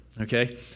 okay